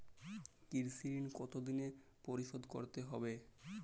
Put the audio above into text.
কৃষি ঋণ কতোদিনে পরিশোধ করতে হবে?